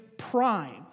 prime